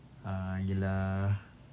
ah ialah